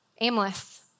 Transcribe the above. aimless